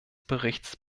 berichts